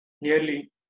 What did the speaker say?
nearly